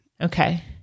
Okay